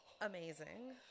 amazing